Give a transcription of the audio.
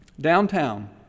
Downtown